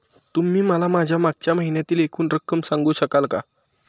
तुम्ही मला माझ्या मागच्या महिन्यातील एकूण रक्कम सांगू शकाल का?